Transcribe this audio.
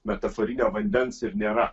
metaforinio vandens ir nėra